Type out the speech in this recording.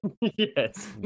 Yes